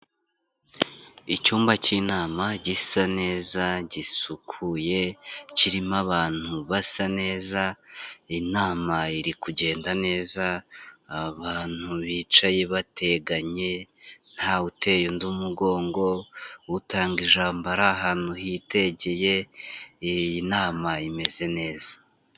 Icyumba k'inama gisa neza, gisukuye, kirimo abantu basa neza, inama iri kugenda neza, abantu bicaye bateganye ntawuteye undi mugongo, utanga ijambo ari ahantu hitegeye, iyi nama imeze neza.